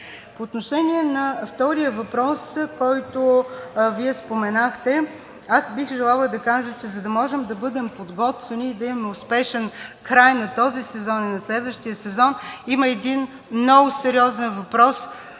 По отношение на втория въпрос, който Вие споменахте, бих желала да кажа, че за да можем да бъдем подготвени и да имаме успешен край на този и на следващия сезон, има един много сериозен въпрос,